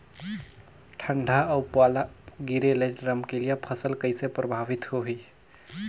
ठंडा अउ पाला गिरे ले रमकलिया फसल कइसे प्रभावित होही?